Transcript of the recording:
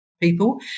people